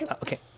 okay